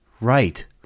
Right